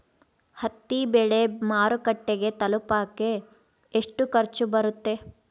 ಹತ್ತಿ ಬೆಳೆ ಮಾರುಕಟ್ಟೆಗೆ ತಲುಪಕೆ ಎಷ್ಟು ಖರ್ಚು ಬರುತ್ತೆ?